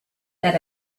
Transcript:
that